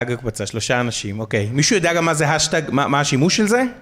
שלושה אנשים אוקיי מישהו יודע גם מה זה האשטג, מה השימוש של זה?